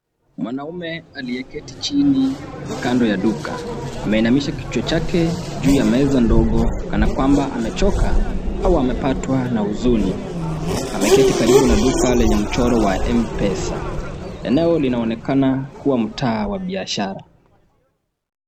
Mwanaume aliyeketi chini kando ya duka, ameinamisha kichwa chake chini juu ya meza ndogo kana kwamba amechoka au amepatwa na huzuni. Ameti karibu na duka yenye mchoro wa M-Pesa. Eneo linaonekana kuwa mtaa wa biashara.